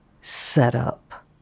setup